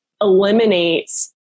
eliminates